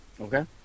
Okay